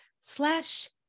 slash